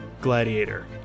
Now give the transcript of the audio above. gladiator